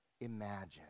imagine